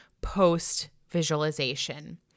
post-visualization